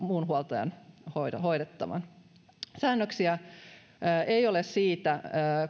muun huoltajan hoitavan säännöksiä ei ole siitä